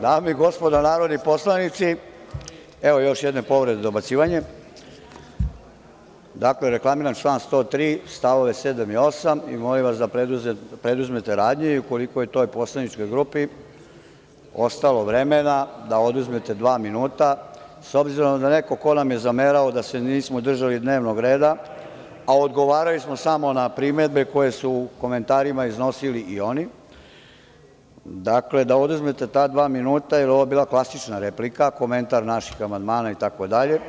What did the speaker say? Dame i gospodo narodni poslanici, reklamiram član 103. st. 7. i 8. Molim vas da preduzmete radnje i, ukoliko je toj poslaničkoj grupi ostalo vremena, da oduzmete dva minuta, s obzirom da neko ko nam je zamerao da se nismo držali dnevnog reda, a odgovarali smo samo na primedbe koje su komentarima iznosili i oni, dakle da oduzmete ta dva minuta jer je ovo bila klasična replika, komentar naših amandmana itd.